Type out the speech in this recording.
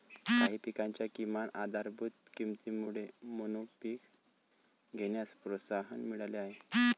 काही पिकांच्या किमान आधारभूत किमतीमुळे मोनोपीक घेण्यास प्रोत्साहन मिळाले आहे